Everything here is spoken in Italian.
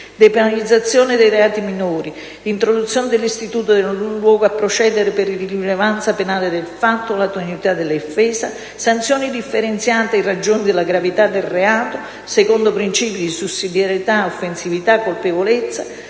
depenalizzazione dei reati minori; introduzione dell'istituto del non luogo a procedere per irrilevanza penale del fatto o la tenuità dell'offesa; sanzioni differenziate in ragione della gravità del reato, secondo i principi di sussidiarietà, offensività, colpevolezza;